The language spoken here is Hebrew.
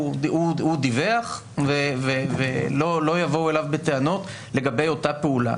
הוא דיווח ולא יבואו אליו בטענות לגבי אותה פעולה.